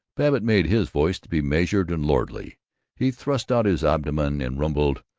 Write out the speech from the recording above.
babbitt made his voice to be measured and lordly he thrust out his abdomen and rumbled,